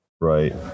Right